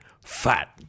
fat